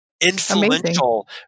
influential